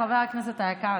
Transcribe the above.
חבר הכנסת היקר,